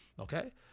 Okay